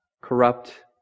Corrupt